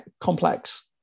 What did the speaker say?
complex